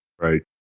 right